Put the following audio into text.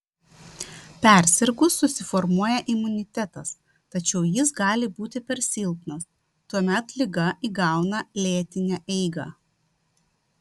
persirgus susiformuoja imunitetas tačiau jis gali būti per silpnas tuomet liga įgauna lėtinę eigą